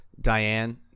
Diane